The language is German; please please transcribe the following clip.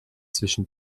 zwischen